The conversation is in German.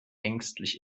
ängstlich